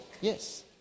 Yes